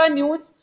news